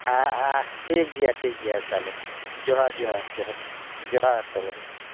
ᱦᱮᱸ ᱦᱮᱸ ᱴᱷᱤᱠ ᱜᱮᱭᱟ ᱴᱷᱤᱠ ᱜᱮᱭᱟ ᱛᱟᱦᱚᱞᱮ ᱡᱚᱦᱟᱨ ᱡᱚᱦᱟᱨ ᱡᱚᱦᱟᱨ ᱡᱚᱦᱟᱨ